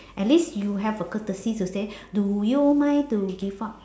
at least you have a courtesy to say do you mind to give up